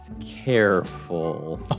careful